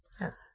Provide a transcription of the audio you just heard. Yes